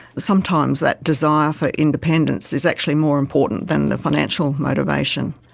sometimes that desire for independence is actually more important than the financial motivation.